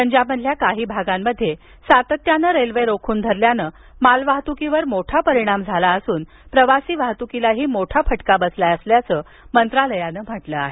पंजाबमधील काही भागांमध्ये सातत्याने रेल्वे रोखून धरल्यानं मालवाहतुकीवर मोठा परिणाम झाला असून प्रवासी वाहतुकीलाही मोठा फटका बसला असल्याचं मंत्रालयानं सांगितलं आहे